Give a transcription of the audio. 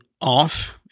off –